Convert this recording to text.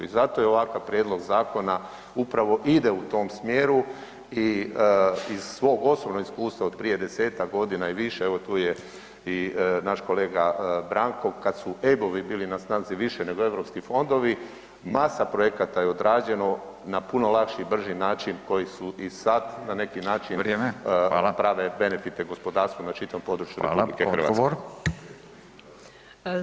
I zato i ovakav prijedlog zakona upravo ide u tom smjeru i iz svog osobnog iskustva od prije 10-tak godina i više, evo tu je i naš kolega Branko, kad su EBO-ovi bili na snazi više nego europski fondovi, masa projekata je odrađeno na puno lakši i brži način koji su i sad na neki način [[Upadica: Vrijeme, fala]] prave benefite gospodarstvu na čitavom području [[Upadica: Fala, odgovor]] RH.